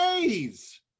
days